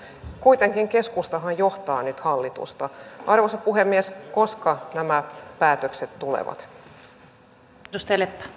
kuitenkin keskustahan johtaa nyt hallitusta arvoisa puhemies koska nämä päätökset tulevat